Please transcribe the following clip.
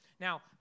Now